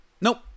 Nope